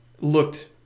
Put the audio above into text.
looked